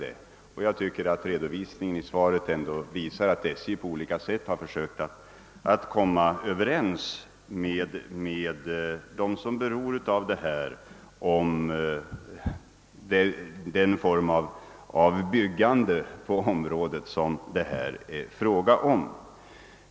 Min redovisning i svaret visar att SJ på olika. sätt försökt att komma överens med dem som är beroende av den form av byggande på området som det här är fråga om.